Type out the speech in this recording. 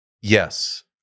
Yes